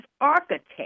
architect